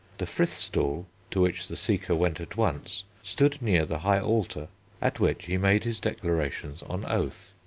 the frith-stool, to which the seeker went at once, stood near the high altar at which he made his declarations on oath.